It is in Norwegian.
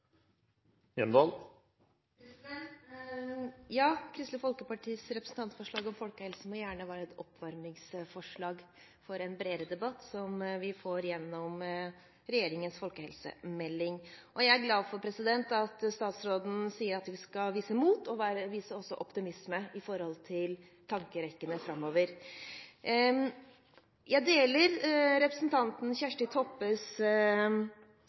Ja, Kristelig Folkepartis representantforslag om folkehelse må gjerne være et oppvarmingsforslag for en bredere debatt som vi får gjennom regjeringens folkehelsemelding. Og jeg er glad for at statsråden sier at vi skal vise mot og også optimisme i tankerekkene framover. Jeg er enig i representanten Kjersti Toppes